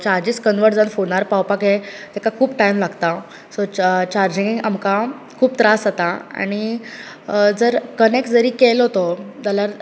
charges convert जावन फोनार पावपाक हे ताका खूब टाइम लागता सो चा चार्जीगेंक आमकां खूब त्रास जाता आनी जर कनेक्ट जरी केलो तो जाल्यार